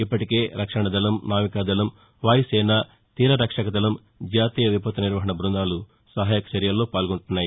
ఇప్పటికే రక్షణ దళం నావికాదళం వాయుసేన తీర రక్షక దళం జాతీయ విపత్తు నిర్వహణ దళాల బృందాలు సహాయక చర్యల్లో పాల్గొంటున్నాయి